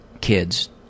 kids